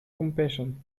compassion